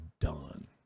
done